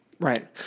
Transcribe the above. Right